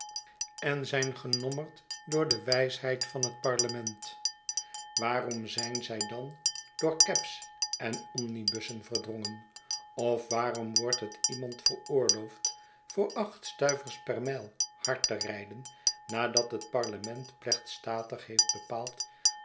en zijn genommerd door de wijsheid van het parlement waarom zijn zij dan door cabs en omnibussen verdrongen of waarom wordt het iemand veroorloofd voor acht stuivers per mijl hard te rijden nadat het parlement plechtstatig heeft bepaald